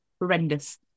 Horrendous